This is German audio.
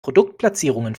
produktplatzierungen